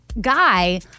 guy